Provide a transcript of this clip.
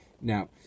Now